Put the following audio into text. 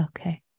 Okay